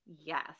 yes